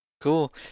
Cool